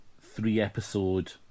three-episode